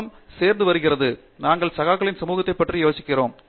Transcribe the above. உலகமும் சேர்ந்து வருகிறது நாங்கள் சகாக்களின் சமூகத்தைப் பற்றி பேசினோம்